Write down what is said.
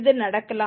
இது நடக்கலாம்